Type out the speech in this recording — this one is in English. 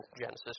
Genesis